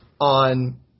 on